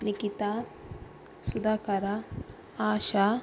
Nikhita Sudhakar Asha